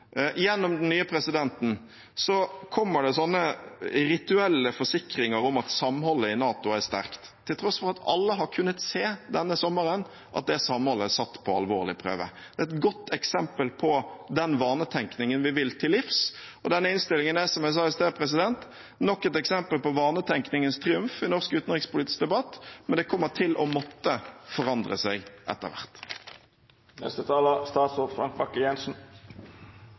gjennom den nye presidenten, kommer det sånne rituelle forsikringer om at samholdet i NATO er sterkt, til tross for at alle denne sommeren har kunnet se at det samholdet er satt på en alvorlig prøve. Det er et godt eksempel på den vanetenkningen vi vil til livs. Denne innstillingen er, som jeg sa i sted, nok et eksempel på vanetenkningens triumf i norsk utenrikspolitisk debatt, men det kommer til å måtte forandre seg etter